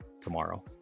tomorrow